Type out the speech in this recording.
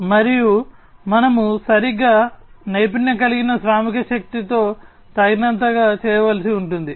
మరియు మనము సరిగ్గా నైపుణ్యం కలిగిన శ్రామికశక్తితో తగినంతగా చేయవలసి ఉంటుంది